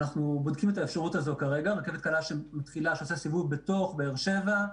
אנחנו בודקים את האפשרות הזו כרגע רכבת קלה שעושה סיבוב בתוך באר שבע,